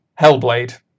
Hellblade